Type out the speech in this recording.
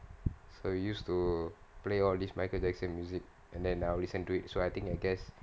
so we used to play all these michael jackson music and then I'll listen to it so I think I guess